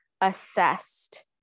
assessed